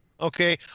Okay